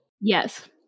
Yes